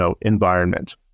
environment